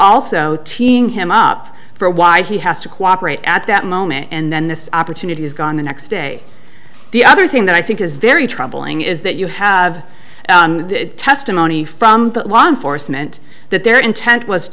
also teeing him up for why he has to cooperate at that moment and then this opportunity is gone the next day the other thing that i think is very troubling is that you have testimony from the law enforcement that their intent was